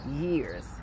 years